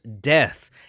death